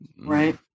right